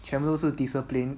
全部都是 discipline